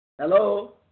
Hello